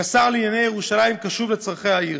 כשר לענייני ירושלים, קשוב לצורכי העיר.